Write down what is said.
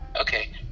Okay